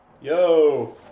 Yo